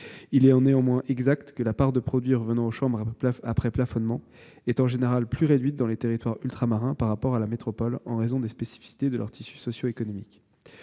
Il est néanmoins exact que la part de produit revenant aux chambres après plafonnement est en général plus réduite dans les territoires ultramarins par rapport à la métropole, en raison des spécificités de leur tissu socio-économique.